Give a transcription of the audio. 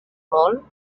molt